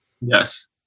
Yes